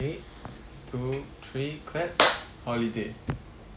okay two three clap holiday